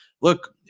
look